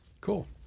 Cool